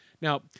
Now